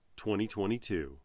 2022